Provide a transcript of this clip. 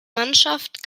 mannschaft